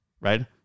right